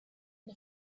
and